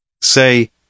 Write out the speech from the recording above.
Say